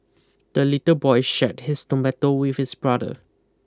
the little boy shared his tomato with his brother